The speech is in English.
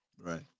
Right